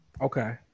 Okay